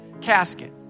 casket